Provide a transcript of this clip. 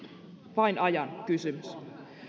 vain ajan kysymys